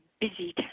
busy